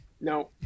No